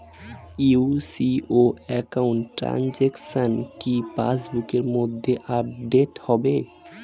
UCO account transaction কি পাস বুকের মধ্যে আপডেট হবে?